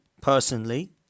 personally